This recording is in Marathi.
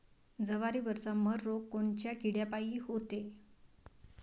जवारीवरचा मर रोग कोनच्या किड्यापायी होते?